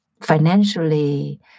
financially